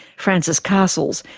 francis castles,